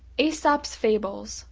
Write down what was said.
aesop's fables